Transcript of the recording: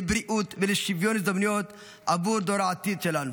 לבריאות ולשוויון הזדמנויות עבור דור העתיד שלנו.